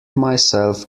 myself